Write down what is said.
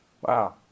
Wow